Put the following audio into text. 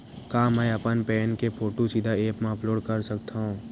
का मैं अपन पैन के फोटू सीधा ऐप मा अपलोड कर सकथव?